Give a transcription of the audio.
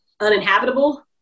uninhabitable